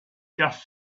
just